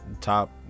top